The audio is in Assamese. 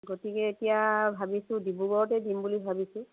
গতিকে এতিয়া ভাবিছোঁ ডিব্ৰুগড়তে দিম বুলি ভাবিছোঁ